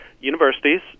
universities